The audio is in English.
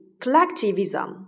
collectivism